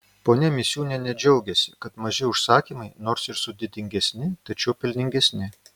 ponia misiūnienė džiaugiasi kad maži užsakymai nors ir sudėtingesni tačiau pelningesni